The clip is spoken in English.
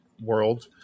world